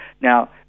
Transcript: Now